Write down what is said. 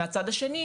מהצד השני,